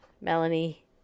Melanie